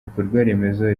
ibikorwaremezo